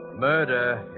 Murder